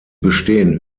bestehen